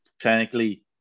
technically –